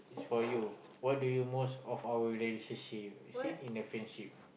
this for you what do you most of our relationship see in the friendship